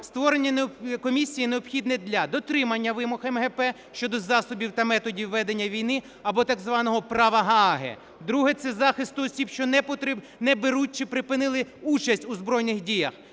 Створення комісії необхідне для: дотримання вимог МГП щодо засобів та методів ведення війни або так званого права Гааги; друге – це захисту осіб, що не беруть чи припинили участь у збройних діях,